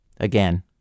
Again